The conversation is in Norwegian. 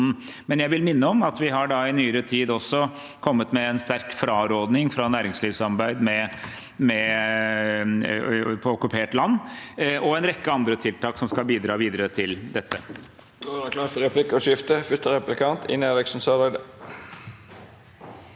Jeg vil minne om at vi i nyere tid også har kommet med en sterk fraråding fra næringslivssamarbeid på okkupert land, samt en rekke andre tiltak som skal bidra videre til dette.